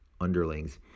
underlings